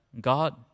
God